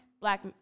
black